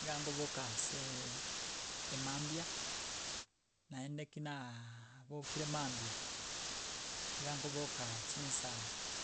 Iga ngoboka aseee emambia naende ki naaaa bokire mambia, iga nkoboka chinsa